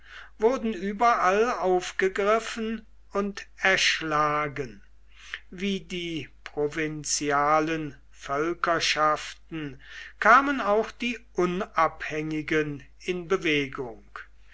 wurden überall aufgegriffen und erschlagen wie die provinzialen völkerschaften kamen auch die unabhängigen in bewegung